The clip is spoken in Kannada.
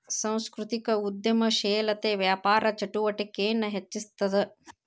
ಸಾಂಸ್ಕೃತಿಕ ಉದ್ಯಮಶೇಲತೆ ವ್ಯಾಪಾರ ಚಟುವಟಿಕೆನ ಹೆಚ್ಚಿಸ್ತದ